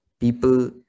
people